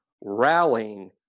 rallying